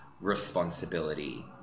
responsibility